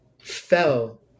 fell